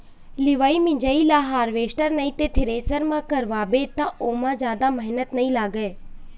लिवई मिंजई ल हारवेस्टर नइ ते थेरेसर म करवाबे त ओमा जादा मेहनत नइ लागय